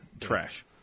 Trash